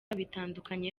bitandukanye